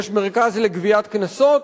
יש מרכז לגביית קנסות,